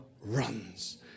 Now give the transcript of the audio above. runs